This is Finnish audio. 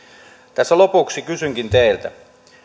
tässä lopuksi kysynkin teiltä